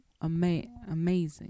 amazing